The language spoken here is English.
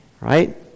right